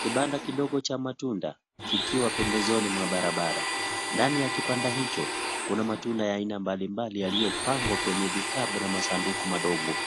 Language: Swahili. Kibanda kidogo cha matunda, kikiwa pembezoni mwa barabara. Ndani ya kipanda hicho, kuna matunda ya ina mbalimbali yaliyo pangwa kwenye vikabu na masanduku madogo.